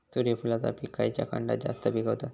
सूर्यफूलाचा पीक खयच्या खंडात जास्त पिकवतत?